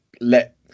let